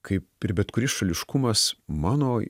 kaip ir bet kuris šališkumas mano